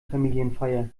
familienfeier